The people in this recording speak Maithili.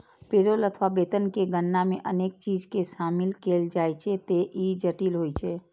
पेरोल अथवा वेतन के गणना मे अनेक चीज कें शामिल कैल जाइ छैं, ते ई जटिल होइ छै